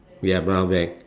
we have brown black